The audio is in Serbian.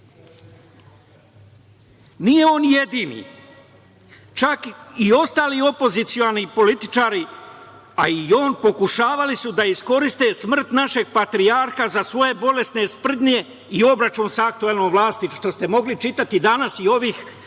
Nije on jedini. Čak i ostali opozicioni političari, a i on, pokušavali su da iskoriste smrt našeg patrijarha za svoje bolesne sprdnje i obračun sa aktuelnom vlasti, što ste mogli čitati danas i ova dva,